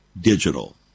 digital